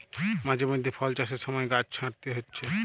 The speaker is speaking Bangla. মাঝে মধ্যে ফল চাষের সময় গাছ ছাঁটতে হচ্ছে